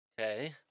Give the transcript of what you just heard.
Okay